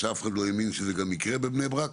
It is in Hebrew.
כשאף אחד גם לא האמין שזה יקרה בבני-ברק.